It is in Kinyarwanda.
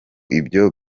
ibyo